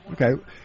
Okay